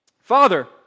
Father